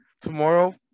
tomorrow